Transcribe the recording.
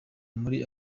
muri